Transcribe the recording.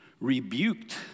rebuked